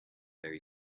very